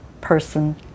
person